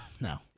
No